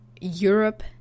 Europe